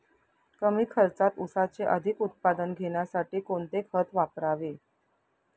कमी खर्चात ऊसाचे अधिक उत्पादन घेण्यासाठी कोणते खत वापरावे?